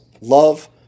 Love